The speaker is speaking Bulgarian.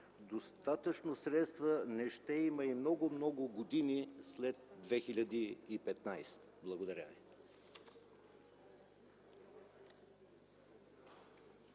достатъчно средства не ще има и много, много години след 2015 г. Благодаря ви.